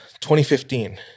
2015